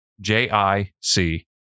J-I-C